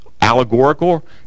allegorical